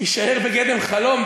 יישאר בגדר חלום.